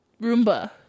Roomba